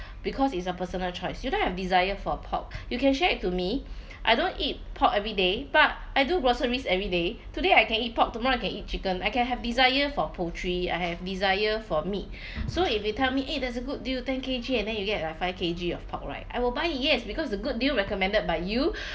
because it's a personal choice you don't have desire for pork you can share it to me I don't eat pork every day but I do groceries every day today I can eat pork tomorrow I can eat chicken I can have desire for poultry I have desire for meat so if you tell me there is a good deal ten K_G and then you get like five K_G of pork right I will buy it yes because a good deal recommended by you